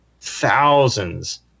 thousands